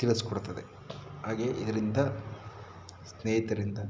ತಿಳ್ಸಿಕೊಡ್ತದೆ ಹಾಗೆ ಇದರಿಂದ ಸ್ನೇಹಿತರಿಂದ